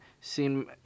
seen